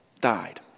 died